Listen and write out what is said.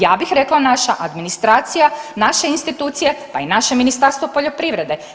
Ja bih rekla naša administracija, naše institucije, pa i naše Ministarstvo poljoprivrede.